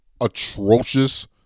atrocious